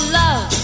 love